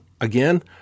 again